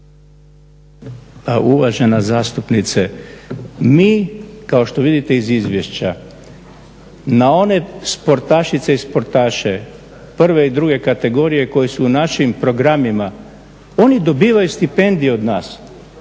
Uvažena zastupnice, mi kao što vidite iz izvješća na one sportašice i sportaše prve i druge kategorije koje su u našim programima, oni dobivaju stipendije od nas,